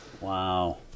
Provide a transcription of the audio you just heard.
Wow